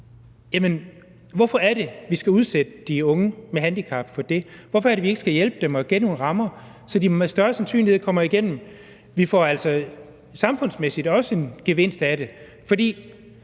hvorfor er det, vi skal udsætte de unge med handicap for det? Hvorfor er det, vi ikke skal hjælpe dem og give dem nogle rammer, så de med større sandsynlighed kommer igennem? Vi får altså samfundsmæssigt også en gevinst ud af det, fordi